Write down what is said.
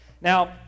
Now